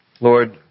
Lord